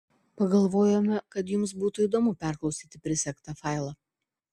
pagalvojome kad jums būtų įdomu perklausyti prisegtą failą